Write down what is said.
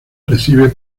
recibe